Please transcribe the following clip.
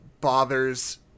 bothers